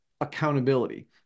accountability